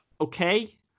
Okay